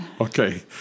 Okay